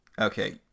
Okay